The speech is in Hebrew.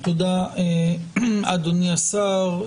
תודה, אדוני השר.